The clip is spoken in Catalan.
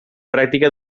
pràctica